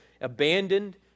abandoned